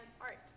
art